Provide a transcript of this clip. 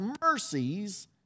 mercies